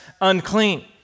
unclean